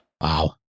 Wow